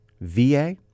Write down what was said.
va